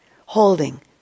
holding